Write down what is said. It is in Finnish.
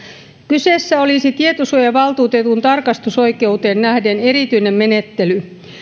kyseessä olisi tietosuojavaltuutetun tarkastusoikeuteen nähden erityinen menettely